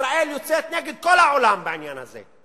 ישראל יוצאת נגד כל העולם בעניין הזה,